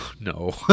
No